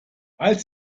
als